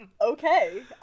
Okay